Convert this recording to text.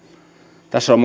tässä on